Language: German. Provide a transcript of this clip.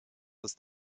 ist